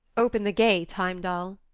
open the gate, heimdall,